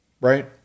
right